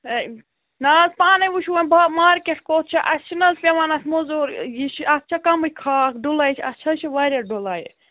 ہے نہَ حظ پانَے وُچھو وۄنۍ با مارکیٹ کوٚت چھےٚ اَسہِ چھِنہٕ حظ پیٚوان اَتھ موزوٗرۍ یہِ چھِ اَتھ چھا کَمٕے خاکھ ڈُلٲے اَسہِ حظ چھِ واریاہ ڈُلٲے